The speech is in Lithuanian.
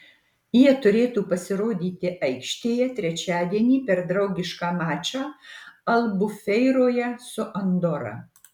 jie turėtų pasirodyti aikštėje trečiadienį per draugišką mačą albufeiroje su andora